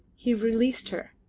he released her,